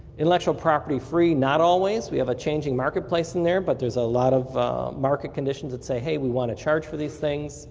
intellectual property pre, not always. we have a changing marketplace in there, but there's a lot of market conditions that say, hey, we want to charge for these things